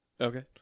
okay